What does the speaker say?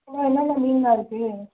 hello என்னென்ன மீன்ணா இருக்குது